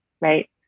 right